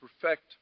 perfect